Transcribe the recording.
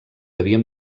havíem